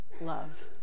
love